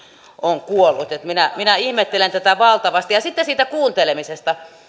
on kuollut minä minä ihmettelen tätä valtavasti ja sitten siitä kuuntelemisesta